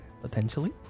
potentially